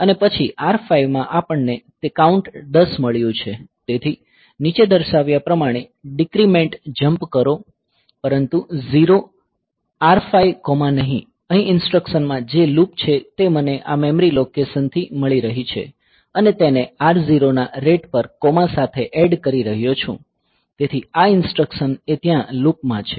અને પછી R5 માં આપણને તે કાઉન્ટ 10 મળ્યું છે તેથી નીચે દર્શાવ્યા પ્રમાણે ડિક્રીમેંટ જમ્પ કરો પરંતુ 0 R5 કોમા નહીં અહી ઇન્સટ્રકસનમાં જે લૂપ છે તે મને આ મેમરી લોકેશન થી મળી રહી છે અને તેને R0 ના રેટ પર કોમા સાથે એડ કરી રહ્યો છું તેથી આ ઇન્સટ્રકસન એ ત્યાં લૂપમાં છે